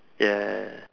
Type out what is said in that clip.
yeah